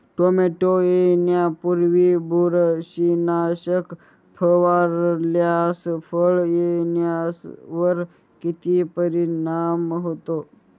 Tomato येण्यापूर्वी बुरशीनाशक फवारल्यास फळ येण्यावर किती परिणाम होतो?